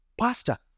pastor